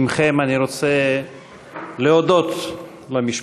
חברי הכנסת, בשמכם אני רוצה להודות למשפחות